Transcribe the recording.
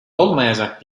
olmayacak